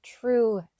true